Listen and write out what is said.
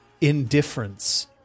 indifference